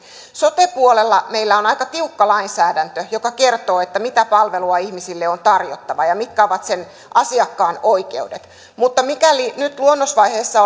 sote puolella meillä on aika tiukka lainsäädäntö joka kertoo mitä palvelua ihmisille on tarjottava ja mitkä ovat sen asiakkaan oikeudet mutta mikäli nyt luonnosvaiheessa